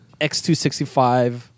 X265